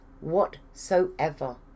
whatsoever